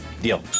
Deal